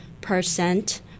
percent